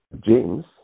James